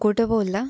कुठं बोलला